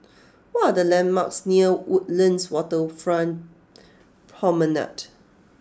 what are the landmarks near Woodlands Waterfront Promenade